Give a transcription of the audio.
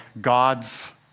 God's